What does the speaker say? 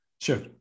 Sure